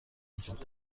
وجود